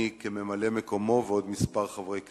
אני כממלא-מקומו ועוד כמה חברי כנסת.